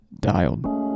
dialed